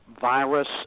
virus